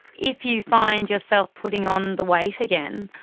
if you find yourself putting on the weight again,